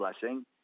blessing